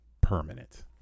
permanent